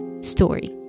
story